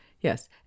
Yes